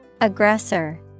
Aggressor